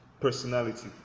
personality